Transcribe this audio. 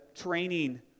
training